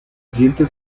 dientes